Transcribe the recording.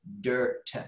Dirt